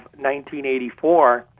1984